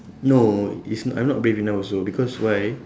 no it's not I'm not brave enough also because why